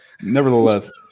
Nevertheless